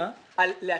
אדוני,